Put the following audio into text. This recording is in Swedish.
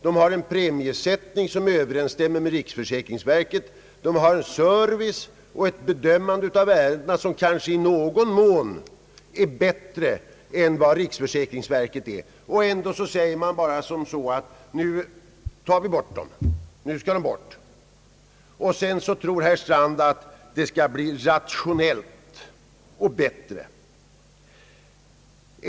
De har en premiesättning som överensstämmer med riksförsäkringsverkets. De har en service och ett bedömande av skadorna, som kanske i någon mån är bättre än vad riksförsäkringsverkets är. Ändå säger man bara, att »nu tar vi bort dem»! Och sedan tror herr Strand att det skall bli rationellt och bättre.